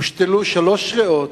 הושתלו שלוש ריאות,